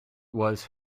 was